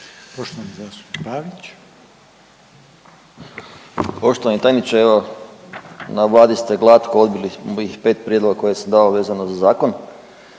Poštovani zastupnik Pavić.